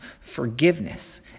forgiveness